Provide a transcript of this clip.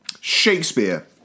Shakespeare